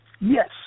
Yes